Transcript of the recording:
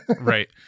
Right